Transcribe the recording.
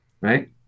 right